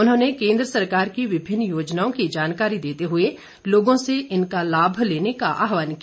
उन्होने केंद्र सरकार की विभिन्न योजनाओं की जानकारी देते हुए लोगो से इनका लाभ लेने का आहवान किया